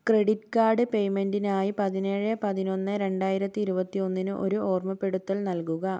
credit card പേയ്മെന്റിനായി പതിനേഴ് പതിനൊന്ന് രണ്ടായിരത്തി ഇരുപത്തൊന്നിന് ഒരു ഓർമ്മപ്പെടുത്തൽ നൽകുക